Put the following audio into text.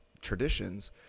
traditions